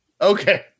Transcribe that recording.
Okay